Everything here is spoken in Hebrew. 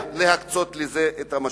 ולהקצות לזה את המשאבים.